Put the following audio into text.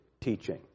teaching